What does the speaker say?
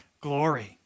glory